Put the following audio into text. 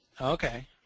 Okay